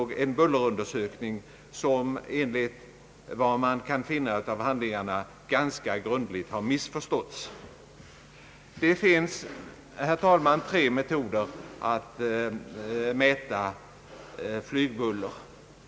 Den bullerundersökning som utförts har — enligt vad man kan finna av handlingarna — ganska grundligt missförståtts. Det finns, herr talman, tre metoder att mäta flygbuller.